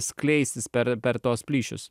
skleistis per per tuos plyšius